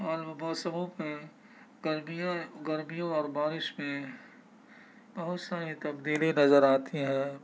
اور موسموں میں گرمیاں گرمیوں اور بارش میں بہت ساری تبدیلی نظر آتی ہے